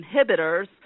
inhibitors